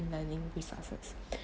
learning resources